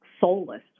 soulless